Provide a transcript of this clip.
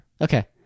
Okay